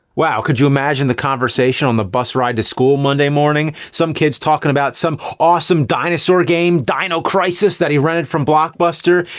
wow, could you imagine the conversation on the bus ride to school monday morning? some kids talking about some awesome dinosaur game, dino crisis that he rented from blockbuster,